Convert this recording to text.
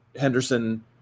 Henderson –